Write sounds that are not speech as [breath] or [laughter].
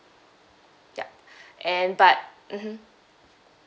ya [breath] and but mmhmm